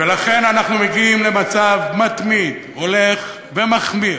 ולכן אנחנו מגיעים למצב מתמיד, הולך ומחמיר,